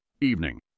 EVENING